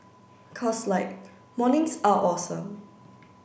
cause like mornings are awesome